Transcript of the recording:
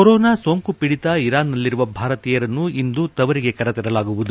corona ಸೋಂಕು ಪೀಡಿತ ಇರಾನ್ನಲ್ಲಿರುವ ಭಾರತೀಯರನ್ನು ಇಂದು ತವರಿಗೆ ಕರೆತರಲಾಗುವುದು